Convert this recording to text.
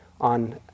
on